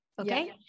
Okay